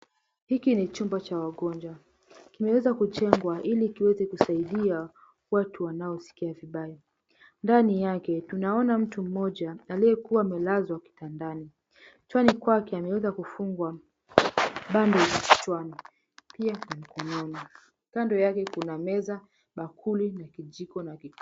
Hiki ni chumba cha wagonjwa. Kimeweza kujengwa ili kiweze kusaidia watu wanaosikia vibaya. Ndani yake tunaona mtu mmoja aliyekuwa amelazwa kitandani. Kichwani kwake ameweza kufungwa bandage kichwani, pia kwa mkononi. Kando yake kuna meza, bakuli na kijiko na.